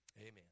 Amen